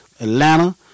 Atlanta